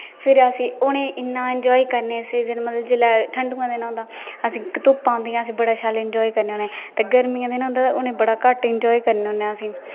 फिर आसे उन्हेगी इना इनॅजाए करने सीजन मतलब जिसले ठंड दा दिन होंदा आसे गी धुपा होंदिया आसेगी बडा शैल इनॅजाए करने होने ते गर्मिये दे दिने होंदे उन्हे बड़ा घट्ट इनॅजाए करने होने आसेगी